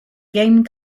game